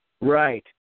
Right